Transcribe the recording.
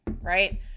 right